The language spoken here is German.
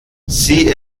sie